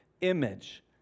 image